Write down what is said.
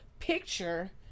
Picture